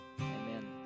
amen